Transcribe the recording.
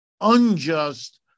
unjust